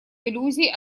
иллюзий